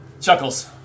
Chuckles